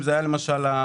אם זה היה למשל החיסונים,